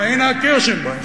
פניה קירשנבאום,